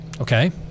Okay